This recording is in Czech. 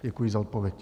Děkuji za odpověď.